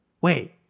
Wait